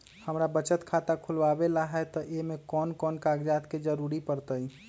हमरा बचत खाता खुलावेला है त ए में कौन कौन कागजात के जरूरी परतई?